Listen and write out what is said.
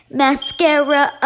mascara